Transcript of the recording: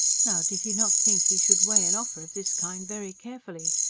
now did he not think he should weigh an offer of this kind very carefully?